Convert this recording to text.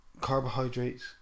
carbohydrates